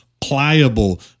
pliable